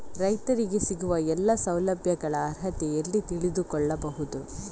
ರೈತರಿಗೆ ಸಿಗುವ ಎಲ್ಲಾ ಸೌಲಭ್ಯಗಳ ಅರ್ಹತೆ ಎಲ್ಲಿ ತಿಳಿದುಕೊಳ್ಳಬಹುದು?